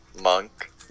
monk